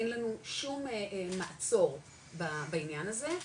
אין לנו שום מעצור בעניין הזה,